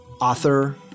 author